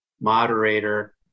moderator